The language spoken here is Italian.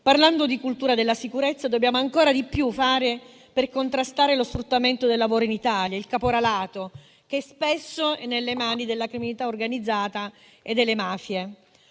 Parlando di cultura della sicurezza, dobbiamo fare ancora di più per contrastare lo sfruttamento del lavoro in Italia, il caporalato, che spesso è nelle mani della criminalità organizzata e delle mafie.